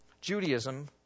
Judaism